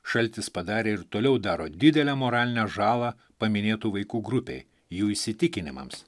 šaltis padarė ir toliau daro didelę moralinę žalą paminėtų vaikų grupei jų įsitikinimams